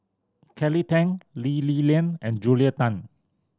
Kelly Tang Lee Li Lian and Julia Tan